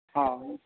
ᱦᱮᱸ